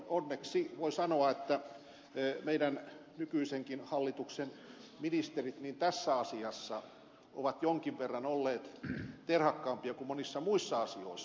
onneksi voi sanoa meidän nykyisenkin hallituksemme ministerit tässä asiassa ovat jonkin verran olleet terhakkaampia kuin monissa muissa asioissa